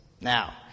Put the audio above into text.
now